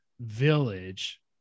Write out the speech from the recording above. Village